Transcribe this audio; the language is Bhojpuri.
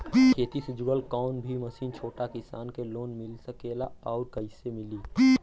खेती से जुड़ल कौन भी मशीन छोटा किसान के लोन मिल सकेला और कइसे मिली?